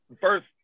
first